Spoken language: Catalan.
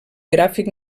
gràfic